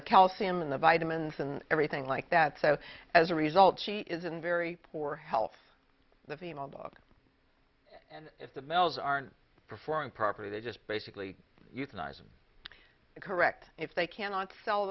the calcium in the vitamins and everything like that so as a result she is in very poor health the female dog if the males aren't performing properly they just basically euthanize correct if they cannot sell